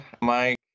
Mike